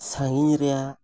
ᱥᱟᱺᱜᱤᱧ ᱨᱮᱭᱟᱜ